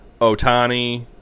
Otani